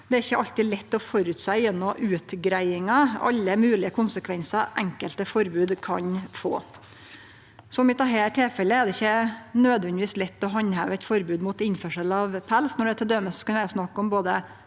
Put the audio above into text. Det er ikkje alltid lett å føresjå gjennom utgreiingar alle moglege konsekvensar enkelte forbod kan få. I dette tilfellet er det ikkje nødvendigvis lett å handheve eit forbod mot innførsel av pels,